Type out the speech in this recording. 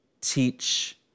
teach